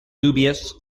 dubious